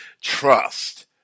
trust